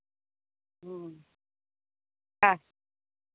ह्म्म